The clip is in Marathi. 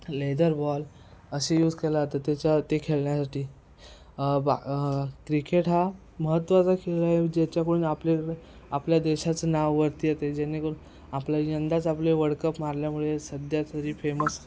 लेदर बॉल असे यूज केला जातं त्याच्या ते खेळण्यासाठी बा क्रिकेट हा महत्त्वाचा खेळ आहे ज्याच्याकडून आपल्या आपल्या देशाचं नाव वरती येते जेणेकरून आपल्या यंदाच आपले वर्ल्डकप मारल्यामुळे सध्या तरी फेमस